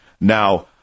Now